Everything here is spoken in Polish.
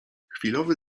chwilowy